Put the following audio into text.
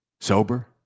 sober